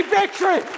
victory